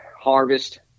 harvest